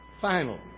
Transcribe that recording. final